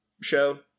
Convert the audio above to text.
show